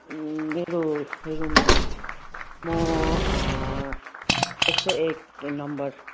मेरो रुममा म एक सय एक नम्बर